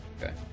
Okay